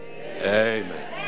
Amen